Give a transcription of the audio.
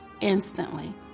instantly